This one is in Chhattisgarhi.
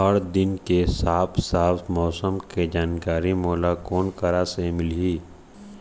हर दिन के साफ साफ मौसम के जानकारी मोला कोन करा से मिलही?